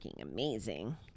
amazing